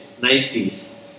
90s